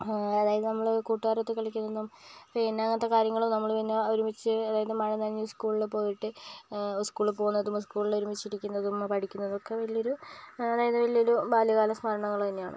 അതായത് നമ്മൾ കൂട്ടുകാരോടൊത്ത് കളിക്കുന്നതും പിന്നെ അങ്ങനത്തെ കാര്യങ്ങൾ നമ്മൾ ഒരുമിച്ച് അതായത് മഴ നനഞ്ഞ് സ്കൂളിൽ പോയിട്ട് സ്കൂളിൽ പോകുന്നതും സ്കൂളിൽ ഒരുമിച്ചിരിക്കുന്നത് പഠിക്കുന്നതും ഒക്കെ വലിയൊരു അതായത് വലിയൊരു ബാല്യകാലസ്മരണകൾ തന്നെയാണ്